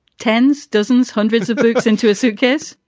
tens, dozens, hundreds of bags into a suitcase?